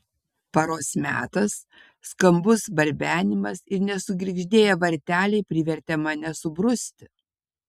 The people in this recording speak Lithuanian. paros metas skambus barbenimas ir nesugirgždėję varteliai privertė mane subruzti